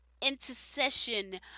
intercession